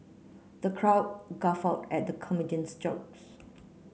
the crowd guffawed at the comedian's jokes